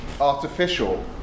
artificial